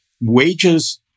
wages